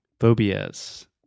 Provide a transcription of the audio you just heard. Phobias